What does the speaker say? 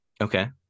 Okay